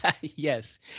Yes